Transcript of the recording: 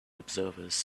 observers